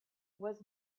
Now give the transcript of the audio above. was